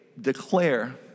declare